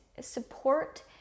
support